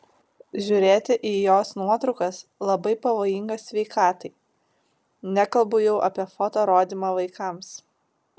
žiūrėti į jos nuotraukas labai pavojinga sveikatai nekalbu jau apie foto rodymą vaikams